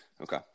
okay